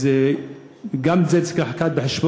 אז גם את זה צריך להביא בחשבון.